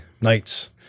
nights